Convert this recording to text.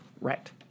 Right